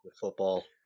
Football